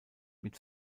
mit